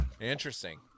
Interesting